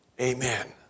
Amen